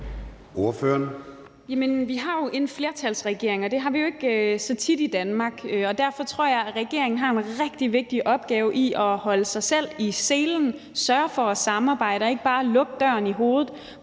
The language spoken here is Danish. Villadsen (EL): Vi har en flertalsregering, og det har vi jo ikke så tit i Danmark, og derfor tror jeg, regeringen har en rigtig vigtig opgave i at lægge sig i selen og sørge for at samarbejde og ikke bare lukke døren i hovedet